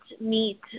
meet